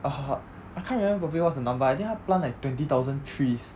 uh I can't remember properly what's the number I think 他 like plant twenty thousand trees